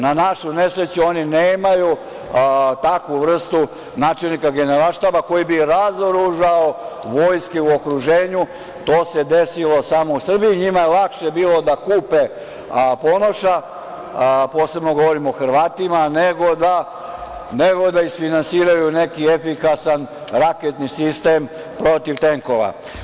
Na našu nesreću oni nemaju takvu vrstu načelnika generalštaba koji bi razoružao vojske u okruženju, to se desilo samo Srbiji, njima je lakše bilo da kupe Ponoša, a posebno govorim o Hrvatima, nego da isfinansiraju neki efikasan raketni sistem protiv tenkova.